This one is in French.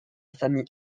famille